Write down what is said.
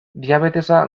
diabetesa